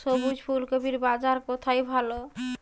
সবুজ ফুলকপির বাজার কোথায় ভালো?